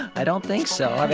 i don't think so.